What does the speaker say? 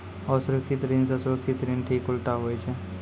असुरक्षित ऋण से सुरक्षित ऋण ठीक उल्टा हुवै छै